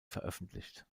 veröffentlicht